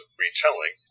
retelling